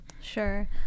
Sure